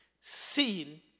seen